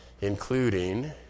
including